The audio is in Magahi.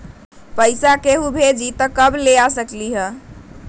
पैसा केहु भेजी त कब ले आई?